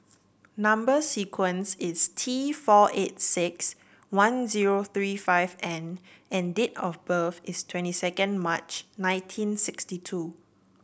number sequence is T four eight six one zero three five N and date of birth is twenty second March nineteen sixty two